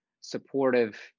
supportive